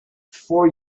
for